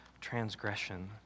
transgression